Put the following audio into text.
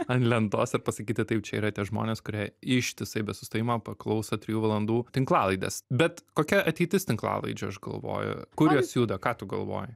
ant lentos ir pasakyti taip čia yra tie žmonės kurie ištisai be sustojimo paklauso trijų valandų tinklalaidės bet kokia ateitis tinklalaidžių aš galvoju kur jos juda ką tu galvoji